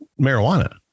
marijuana